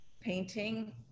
painting